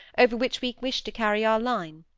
over which we wished to carry our line.